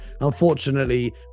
Unfortunately